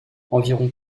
environ